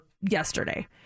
yesterday